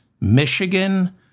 Michigan